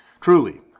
Truly